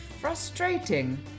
frustrating